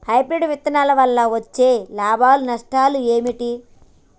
Hybrid విత్తనాల వల్ల వచ్చే లాభాలు నష్టాలు ఏమిటి?